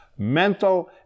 Mental